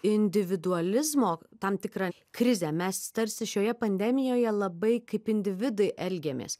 individualizmo tam tikrą krizę mes tarsi šioje pandemijoje labai kaip individai elgiamės